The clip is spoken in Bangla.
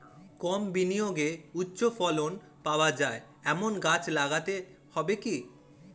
কম বিনিয়োগে উচ্চ ফলন পাওয়া যায় এমন গাছ লাগাতে হবে কি?